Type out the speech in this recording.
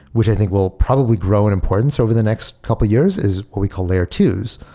which i think will probably grow in importance over the next couple of years is what we call layer twos.